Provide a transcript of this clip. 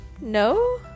no